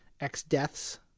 X-Deaths